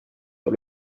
par